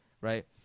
right